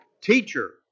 teacher